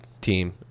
team